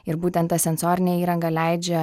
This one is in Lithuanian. ir būtent ta sensorinė įranga leidžia